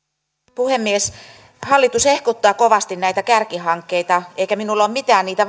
puhemies hallitus hehkuttaa kovasti näitä kärkihankkeita eikä minulla ole mitään niitä